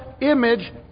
image